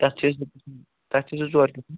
تَتھ چھِ تَتھ چھِ زٕ ژور قٔسٕم